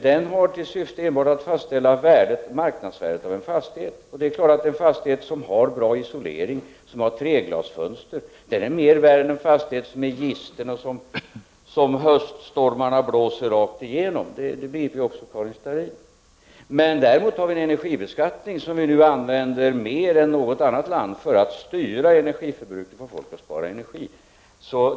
Den har enbart till syfte att fastställa fastigheternas marknadsvärden, och det är klart att en fastighet som har bra isolering och som har treglasfönster är mera värd än en fastighet som är gisten och som höststormarna blåser rakt igenom. Det begriper också Karin Starrin. Däremot har vi en energibeskattning, och den använder vi mer än något annat land för att styra energiförbrukningen och få folk att spara energi.